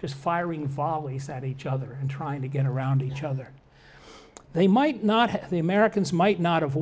just firing volleys at each other and trying to get around each other they might not have the americans might not have